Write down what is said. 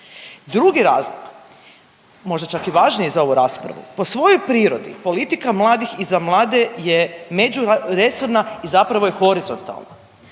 Drugi razlog možda čak i važniji za ovu raspravu, po svojoj prirodi politika mladih i za mlade je međuresorna i zapravo je horizontalna.